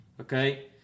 okay